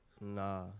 Nah